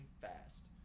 fast